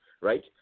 right